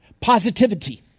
Positivity